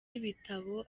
ibitabo